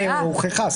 הוכחה.